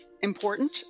important